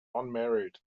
unmarried